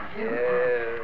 Yes